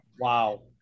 Wow